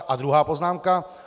A druhá poznámka.